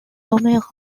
domérat